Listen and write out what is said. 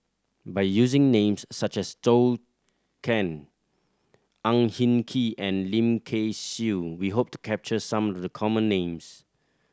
by using names such as Zhou Can Ang Hin Kee and Lim Kay Siu we hope to capture some of the common names